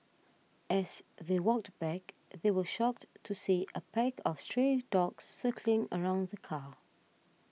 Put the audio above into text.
as they walked back they were shocked to see a pack of stray dogs circling around the car